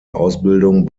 ausbildung